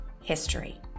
history